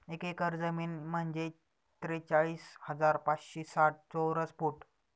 एक एकर जमीन म्हणजे त्रेचाळीस हजार पाचशे साठ चौरस फूट